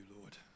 Lord